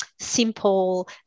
Simple